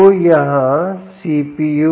तो यहाँ सीपीयू